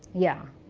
yeah.